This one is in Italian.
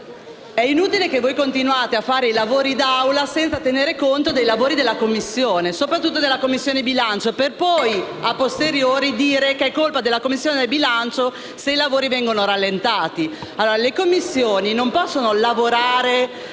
è inutile che continuiate a programmare i lavori d'Assemblea senza tenere conto dei lavori delle Commissioni, in particolare della Commissione bilancio (e poi *a posteriori* dire che è colpa della Commissione bilancio se i lavori vengono rallentati). Le Commissioni non possono lavorare